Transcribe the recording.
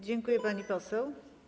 Dziękuję, pani poseł.